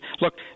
Look